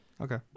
okay